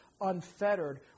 unfettered